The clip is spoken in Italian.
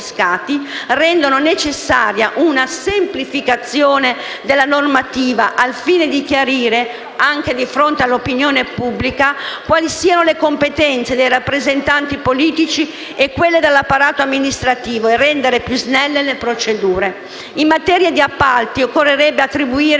rendono necessaria una semplificazione della normativa al fine di chiarire, anche di fronte all'opinione pubblica, quali siano le competenze dei rappresentanti politici e quelle dell'apparato amministrativo e rendere più snelle le procedure. In materia di appalti, occorrerebbe attribuire